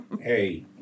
hey